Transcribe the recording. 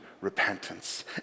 repentance